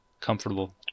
comfortable